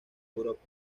europa